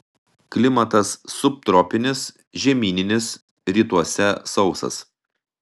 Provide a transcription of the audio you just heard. klimatas subtropinis žemyninis rytuose sausas